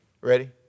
Ready